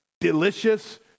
delicious